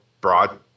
broad